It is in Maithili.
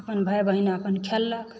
अपन भाय बहिन अपन खेललक